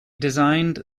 designed